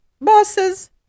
bosses